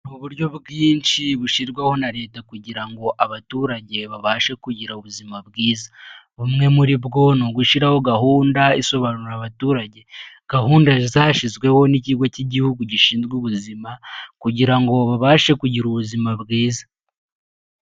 Uburyo bwinshi bushirwaho na leta kugira ngo abaturage babashe kugira ubuzima bwiza. Bumwe muri bwo ni ugushiraho gahunda isobanurira abaturage gahunda zashizweho n'ikigo cy'igihugu gishinzwe ubuzima, kugira ngo babashe kugira ubuzima bwiza.